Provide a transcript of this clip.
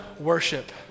worship